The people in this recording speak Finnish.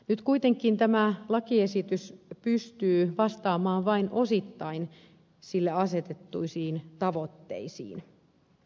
nyt kuitenkin tämä lakiesitys pystyy vastaamaan vain osittain sille asetettuihin tavoitteisiin